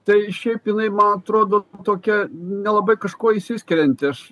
tai šiaip jinai ma atrodo tokia nelabai kažkuo išsiskirianti aš